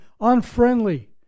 unfriendly